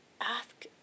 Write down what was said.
ask